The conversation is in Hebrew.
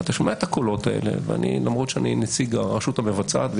אתה שומע את הקולות האלה ואני נציג הרשות המבצעת.